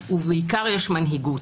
ובעיקר יש מנהיגות.